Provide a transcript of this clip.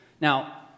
Now